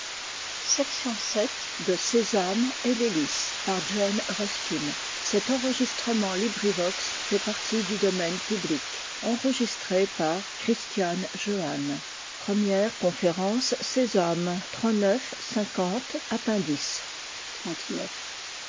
première conférence je